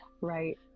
Right